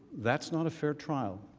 that's not a fair trial.